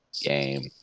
game